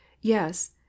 Yes